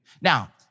Now